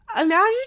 Imagine